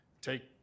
take